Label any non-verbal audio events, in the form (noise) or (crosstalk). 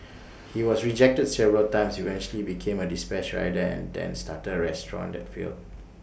(noise) he was rejected several times eventually became A dispatch rider and then started A restaurant that failed